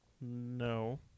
no